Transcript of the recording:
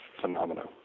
phenomenon